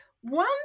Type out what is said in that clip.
One